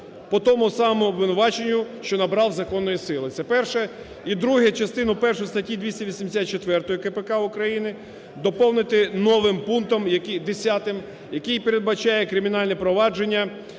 по тому самому обвинуваченню, що набрав законної сили. Це перше. І друге. Частину першу статті 284 КПК України доповнити новим пунктом 10, який передбачає кримінальне провадження.